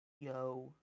Yo